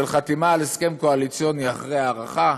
של חתימה על הסכם קואליציוני אחרי הארכה,